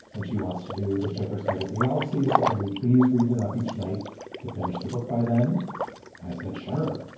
and she wants to do the checkers guide at the galaxy. so can we please read enough each night to finish the book by then? and i said, sure.